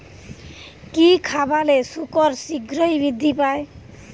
কি খাবালে শুকর শিঘ্রই বৃদ্ধি পায়?